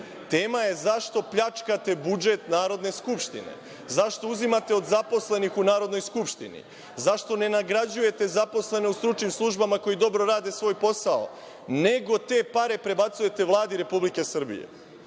Tema je zašto pljačkate budžet Narodne skupštine? Zašto uzimate od zaposlenih u Narodnoj skupštini? Zašto ne nagrađujete zaposlene u stručnim službama koji dobro rade svoj posao, nego te pare prebacujete Vladi Republike